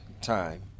time